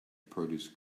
produce